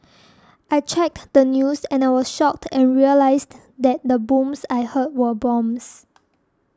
I checked the news and I was shocked and realised that the booms I heard were bombs